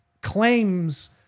claims